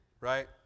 right